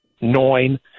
nine